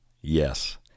Yes